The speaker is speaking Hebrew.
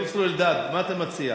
פרופסור אלדד, מה אתה מציע?